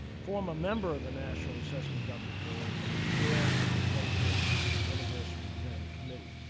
former member of the national assessment governing board, and chair of the twenty fifth anniversary planning committee.